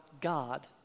God